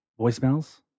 voicemails